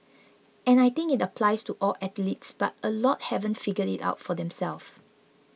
and I think it applies to all athletes but a lot haven't figured it out for themselves